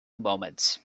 moments